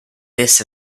this